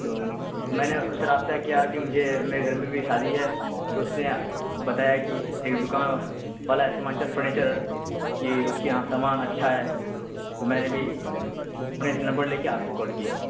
تو میں نے اس سے رابطہ کیا کہ مجھے میرے گھر میں بھی شادی ہے تو اس نے بتایا کہ ایک دکان والا سیمانچل فرنیچر کی اس کے یہاں سامان اچھا ہے تو میں نے بھی انہیں سے نمبر لے کے آپ کو کال کیا